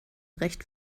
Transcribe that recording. recht